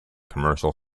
commercial